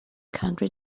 country